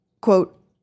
Quote